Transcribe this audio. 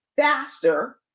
faster